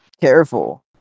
Careful